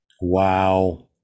Wow